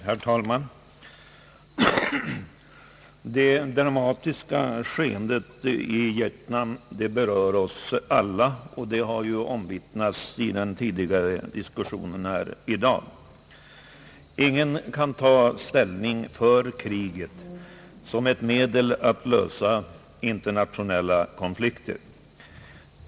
Herr talman! Det dramatiska skeendet i Vietnam berör oss alla, vilket omvittnats i den tidigare diskussionen i dag. Ingen kan ta ställning för kriget som ett medel att lösa internationella konflikter.